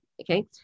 okay